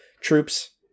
troops